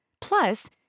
Plus